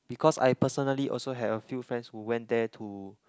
because I personally also have a few friends who went there to